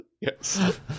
Yes